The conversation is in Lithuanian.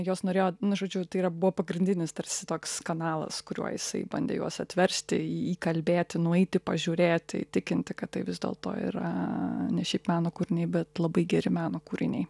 juos norėjo nu žodžiu tai yra buvo pagrindinis tarsi toks kanalas kuriuo jisai bandė juos atversti į įkalbėti nueiti pažiūrėti įtikinti kad tai vis dėlto yra ne šiaip meno kūriniai bet labai geri meno kūriniai